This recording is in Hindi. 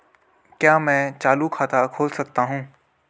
क्या मैं चालू खाता खोल सकता हूँ?